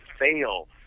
fail